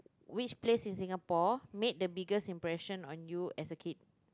which place in Singapore made the biggest impression on you as a kid